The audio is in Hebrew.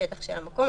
השטח של המקום,